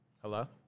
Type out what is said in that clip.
Hello